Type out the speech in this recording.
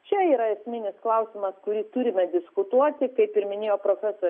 čia yra esminis klausimas kurį turime diskutuoti kaip ir minėjo profesorė